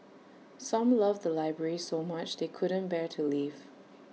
some love the library so much they couldn't bear to leave